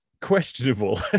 questionable